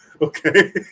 Okay